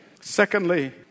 Secondly